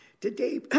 today